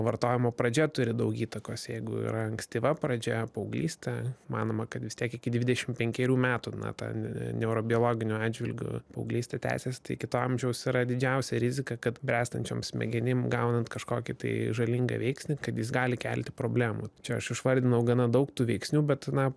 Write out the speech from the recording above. vartojimo pradžia turi daug įtakos jeigu yra ankstyva pradžia paauglystė manoma kad vis tiek iki dvidešim penkerių metų na ta neurobiologiniu atžvilgiu paauglystė tęsias tai iki to amžiaus yra didžiausia rizika kad bręstančioms smegenim gaunant kažkokį tai žalingą veiksnį kad jis gali kelti problemų čia aš išvardinau gana daug tų veiksnių bet na